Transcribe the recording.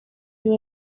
you